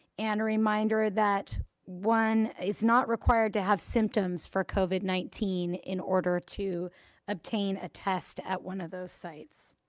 and a reminder that one is not required to have symptoms for covid nineteen in order to obtain a test at one of those sites.